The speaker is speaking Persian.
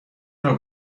نوع